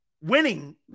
Winning